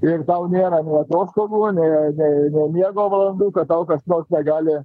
ir tau nėra nei atostogų nei nei miego valandų kad tau kas nors negali